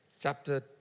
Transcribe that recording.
Chapter